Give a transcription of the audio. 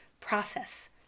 process